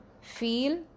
feel